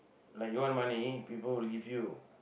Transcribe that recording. like you want money people will give you